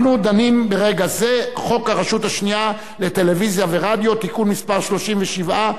אנחנו דנים ברגע זה בחוק הרשות השנייה לטלוויזיה ורדיו (תיקון מס' 37),